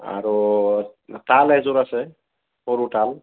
আৰু তাল এযোৰ আছে সৰু তাল